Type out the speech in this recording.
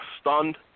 stunned